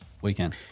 weekend